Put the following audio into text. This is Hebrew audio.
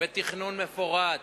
בתכנון מפורט,